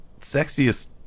sexiest